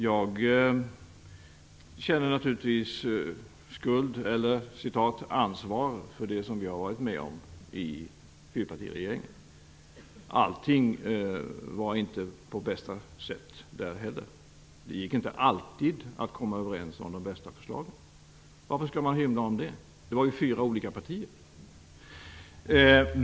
Jag känner naturligtvis skuld eller "ansvar" för det som jag har varit med om i fyrpartiregeringen. Allting var inte på bästa sätt där heller. Det gick inte alltid att komma överens om de bästa förslagen. Varför skall man hymla om det? Det var ju fyra olika partier.